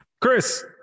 Chris